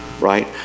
right